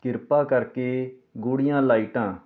ਕਿਰਪਾ ਕਰਕੇ ਗੂੜ੍ਹੀਆਂ ਲਾਈਟਾਂ